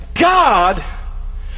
God